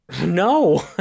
No